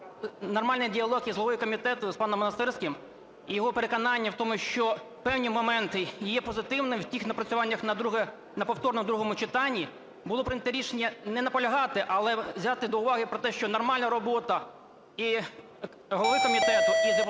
нормальний діалог з головою комітету, з паном Монастирським, і його переконання в тому, що певні моменти є позитивними в тих напрацюваннях на повторному другому читанні, було прийнято рішення не наполягати, але взяти до уваги про те, що нормальна робота голови комітету із депутатами